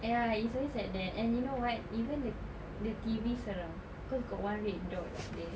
!aiya! it's always like that and you know what even the the T_V seram cause got one red dot there